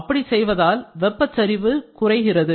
அப்படி செய்வதால் வெப்பச் சரிவு குறைகிறது